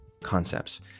concepts